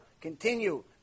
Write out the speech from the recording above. continue